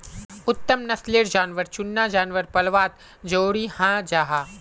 उत्तम नस्लेर जानवर चुनना जानवर पल्वात ज़रूरी हं जाहा